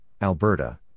Alberta